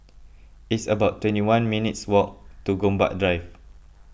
it's about twenty one minutes' walk to Gombak Drive